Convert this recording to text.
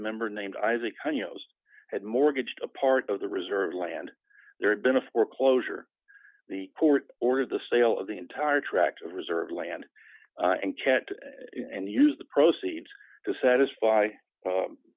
member named isaac had mortgaged a part of the reserve land there had been a foreclosure the court ordered the sale of the entire tract of reserve land and chat and use the proceeds to satisfy